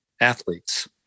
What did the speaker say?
athletes